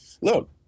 look